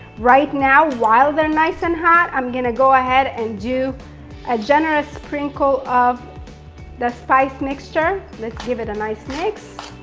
right now while they're nice and hot, i'm gonna go ahead and do a generous sprinkle of the spice mixture. let's give it a nice mix.